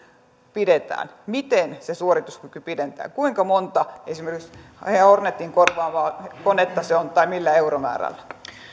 pidetään miten se suorituskyky pidetään kuinka monta esimerkiksi hornetin korvaavaa konetta se on tai millä euromäärällä